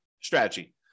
strategy